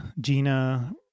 Gina